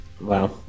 Wow